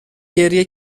گریه